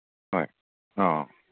ꯍꯣꯏ ꯑꯧ